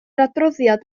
adroddiad